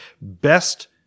Best